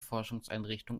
forschungseinrichtung